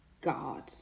God